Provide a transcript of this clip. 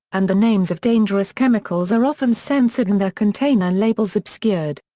and the names of dangerous chemicals are often censored and their container labels obscured.